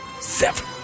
Seven